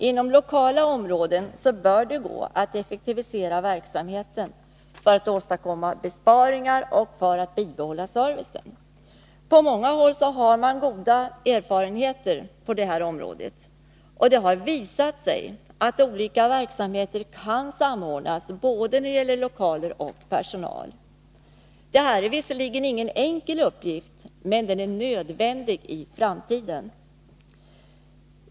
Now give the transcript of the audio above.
Inom lokala områden bör det gå att effektivisera verksamheten för att åstadkomma besparingar och för att bibehålla servicen. På många håll har man goda erfarenheter på detta område. Det har visat sig att olika verksamheter kan samordnas både när det gäller lokaler och personal. Detta är visserligen ingen enkel uppgift, men den är nödvändig i framtiden.